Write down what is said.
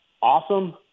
Awesome